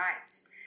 rights